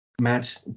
match